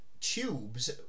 tubes